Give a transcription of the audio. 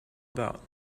about